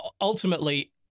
ultimately